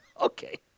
Okay